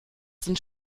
sind